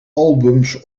albums